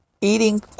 Eating